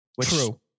True